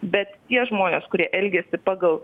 bet tie žmonės kurie elgiasi pagal